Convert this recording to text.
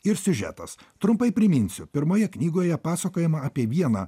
ir siužetas trumpai priminsiu pirmoje knygoje pasakojama apie vieną